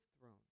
throne